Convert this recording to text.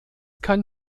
kann